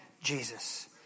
Jesus